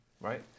Right